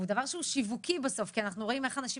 דבר שיווקי כי אנחנו רואים איך אנשים